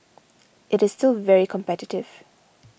it is still very competitive